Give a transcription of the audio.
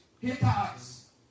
Hittites